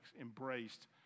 embraced